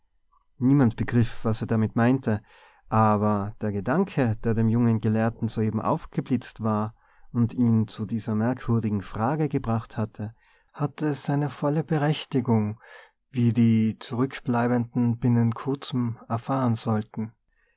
niemand begriff was er damit meinte aber der gedanke der dem jungen gelehrten soeben aufgeblitzt war und ihn zu dieser merkwürdigen frage gebracht hatte hatte seine volle berechtigung wie die zurückbleibenden binnen kurzem erfahren sollten